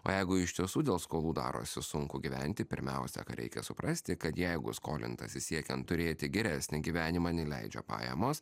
o jeigu iš tiesų dėl skolų darosi sunku gyventi pirmiausia reikia suprasti kad jeigu skolintasi siekiant turėti geresnį gyvenimą neleidžia pajamos